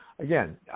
again